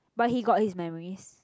but he got his memories